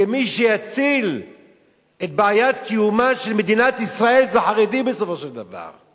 כי מי שיציל את בעיית קיומה של מדינת ישראל זה החרדים בסופו של דבר.